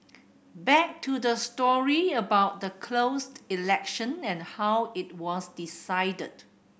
back to the story about the closed election and how it was decided